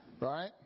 Right